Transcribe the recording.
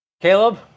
Caleb